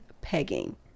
pegging